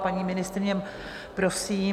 Paní ministryně, prosím.